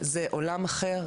זה עולם אחר,